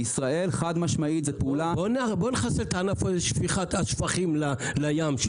בישראל חד-משמעית זה פעולה --- בואו נחסל את ענף שפיכת השפכים לים,